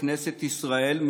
בכנסת ישראל.